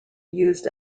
used